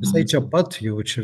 visai čia pat jau čia